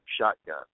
shotgun